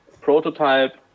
prototype